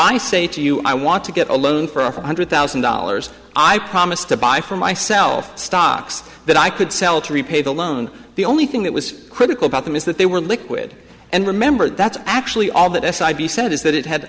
i say to you i want to get a loan for one hundred thousand dollars i promise to buy from myself stocks that i could sell to repay the loan the only thing that was critical about them is that they were liquid and remember that's actually all that aside the senate is that it had